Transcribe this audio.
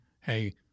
hey